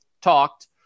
talked